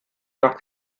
nach